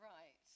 Right